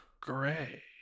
gray